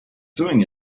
doing